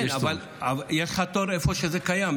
כן, אבל יהיה לך תור איפה שזה קיים.